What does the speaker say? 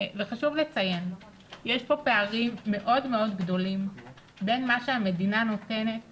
חשוב לציין שיש פה פערים מאוד מאוד גדולים בין מה שהמדינה נותנת